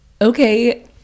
okay